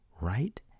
right